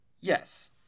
yes